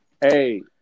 hey